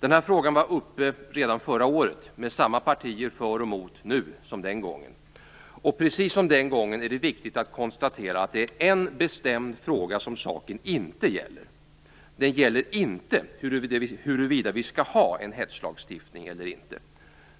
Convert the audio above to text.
Den här frågan var uppe redan förra året, med samma partier för och emot som nu. Precis som den gången är det viktigt att konstatera att det är en bestämd fråga som saken inte gäller. Den gäller inte huruvida vi skall ha en hetslagstiftning eller inte.